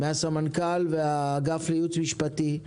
מהסמנכ"ל ומאגף הייעוץ המשפטי,